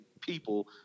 people